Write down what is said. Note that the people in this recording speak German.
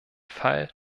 fall